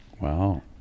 Wow